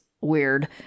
weird